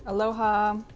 Aloha